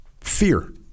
fear